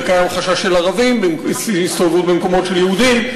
וקיים חשש של ערבים מהסתובבות במקומות של יהודים,